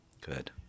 good